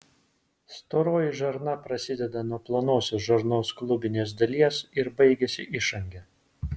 storoji žarna prasideda nuo plonosios žarnos klubinės dalies ir baigiasi išange